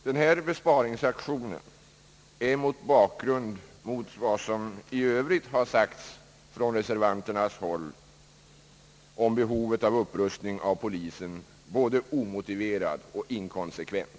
Denna besparingsaktion är mot bakgrunden av vad som i övrigt sagts från reservanternas håll om behovet av upprustning av polisen både omotiverad och inkonsekvent.